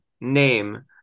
name